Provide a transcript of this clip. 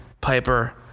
Piper